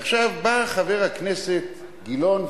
עכשיו בא חבר הכנסת גילאון,